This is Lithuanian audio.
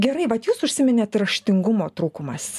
gerai vat jūs užsiminėt raštingumo trūkumas